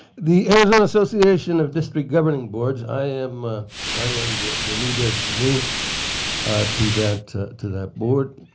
the arizona association of district governing boards. i am ah i am the the new designee to that to that board.